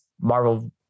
Marvel